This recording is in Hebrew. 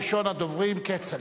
ראשון הדוברים הוא כצל'ה.